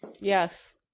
yes